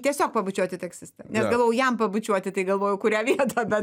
tiesiog pabučiuoti taksistą nes galvojau jam pabučiuoti tai galvojau kurią vietą bet